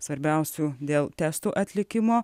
svarbiausių dėl testų atlikimo